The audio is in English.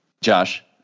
Josh